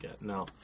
no